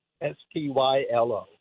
S-T-Y-L-O